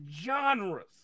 genres